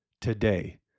Today